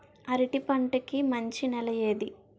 అరటి పంట కి మంచి నెల ఏది?